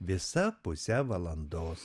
visa puse valandos